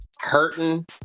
hurting